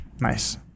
Nice